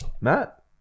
Matt